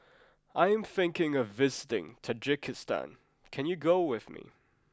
I am thinking of visiting Tajikistan can you go with me